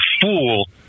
fool